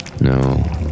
No